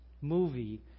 movie